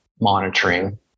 monitoring